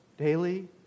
Daily